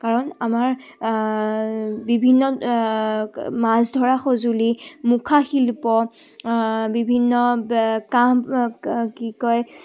কাৰণ আমাৰ বিভিন্ন মাছ ধৰা সঁজুলি মুখা শিল্প বিভিন্ন কাঁহ কি কয়